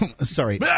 Sorry